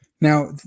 Now